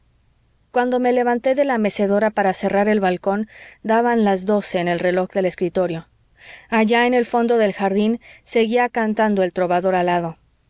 cuando me levanté de la mecedora para cerrar el balcón daban las doce en el reloj del escritorio allá en el fondo del jardín seguía cantando el trovador alado